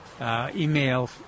Email